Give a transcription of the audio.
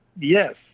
Yes